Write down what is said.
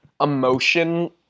emotion